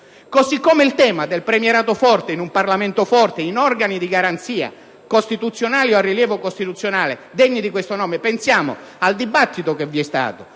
vale per il tema del premierato forte con un Parlamento forte, con organi di garanzia costituzionali o di rilievo costituzionale degni di questo nome. Pensiamo al dibattito che vi è stato